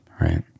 Right